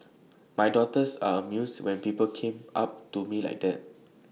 my daughters are amused when people come up to me like that